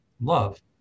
love